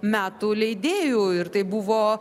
metų leidėjų ir tai buvo